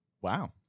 Wow